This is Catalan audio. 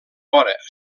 vora